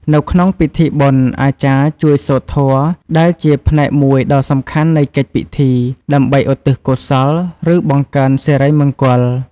នៅក្នុងពិធីបុណ្យ អាចារ្យជួយ សូត្រធម៌ ដែលជាផ្នែកមួយដ៏សំខាន់នៃកិច្ចពិធី ដើម្បីឧទ្ទិសកុសល ឬបង្កើនសិរីមង្គល។